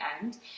end